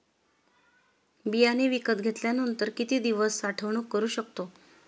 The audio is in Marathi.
बियाणे विकत घेतल्यानंतर किती दिवस साठवणूक करू शकतो?